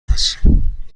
هستم